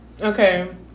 Okay